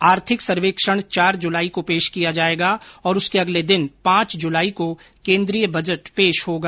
आर्थिक सर्वेक्षण चार जुलाई को पेश किया जाएगा और उसके अगले दिन पांच जुलाई को केन्द्रीय बजट पेश होगा